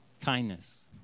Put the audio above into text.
Kindness